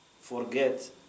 forget